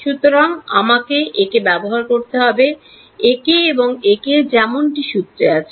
সুতরাং আমাকে একে ব্যবহার করতে হবে একে এবং একে যেমনটি সূত্রে আছে